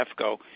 EFCO